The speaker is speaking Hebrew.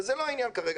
אבל זה לא העניין כרגע,